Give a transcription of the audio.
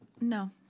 No